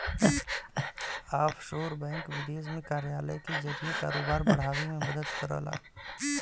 offshore bank विदेश में कार्यालय के जरिए कारोबार बढ़ावे में मदद करला